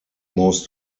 most